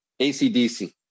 ACDC